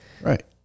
Right